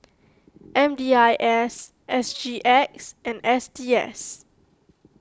M D I S S G X and S T S